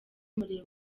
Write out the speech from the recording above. murebe